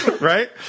Right